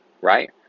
right